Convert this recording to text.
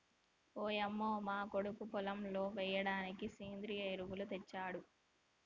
ఓయంమో మా కొడుకు పొలంలో ఎయ్యిడానికి సెంద్రియ ఎరువులు తెచ్చాడు